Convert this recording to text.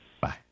Bye